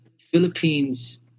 Philippines